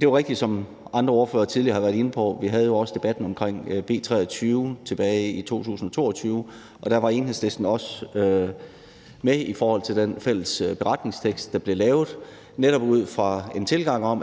Det er rigtigt, som andre ordførere tidligere har været inde på, at vi jo også havde debatten om B 23 tilbage i 2022, og der var Enhedslisten også med i den fælles beretningstekst, der blev lavet, netop ud fra,